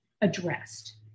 addressed